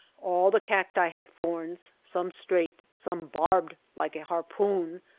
all the cacti have thorns, some straight, some barbed like a harpoon,